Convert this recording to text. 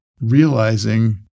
realizing